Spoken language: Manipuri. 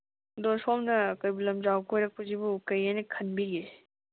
ꯑꯗꯣ ꯁꯣꯝꯅ ꯀꯩꯕꯨꯜ ꯂꯝꯖꯥꯎ ꯀꯣꯏꯔꯛꯄꯁꯤꯕꯨ ꯀꯔꯤ ꯍꯥꯏꯅ ꯈꯟꯕꯤꯒꯦ